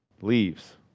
Leaves